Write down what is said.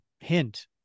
hint